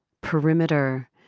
perimeter